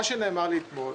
מה שנאמר לי אתמול,